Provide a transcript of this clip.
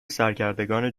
سرکردگان